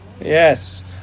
Yes